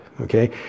okay